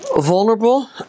vulnerable